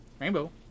Rainbow